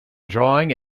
drawing